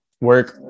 work